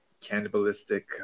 cannibalistic